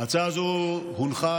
ההצעה הזו הונחה